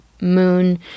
moon